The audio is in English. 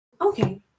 Okay